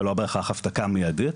ולא בהכרח הפסקה מיידית.